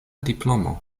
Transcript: diplomo